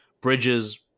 Bridges